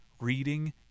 reading